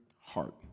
heart